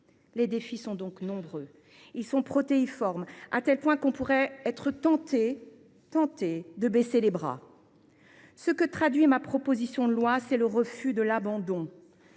Les défis sont donc nombreux et protéiformes, à tel point que l’on pourrait être tenté de baisser les bras. Ce que traduit ma proposition de loi, c’est le refus d’un tel abandon